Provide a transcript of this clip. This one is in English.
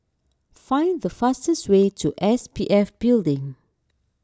find the fastest way to S P F Building